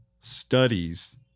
studies